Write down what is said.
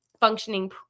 functioning